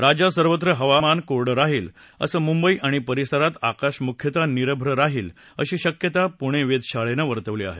राज्यात सर्वत्र उद्या हवामान कोरडं राहील तसंच मुंबई आणि परिसरात आकाश मुख्यतः निरभ्र राहील अशी शक्यता पुणे वेधशाळेनं वर्तवली आहे